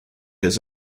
his